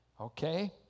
okay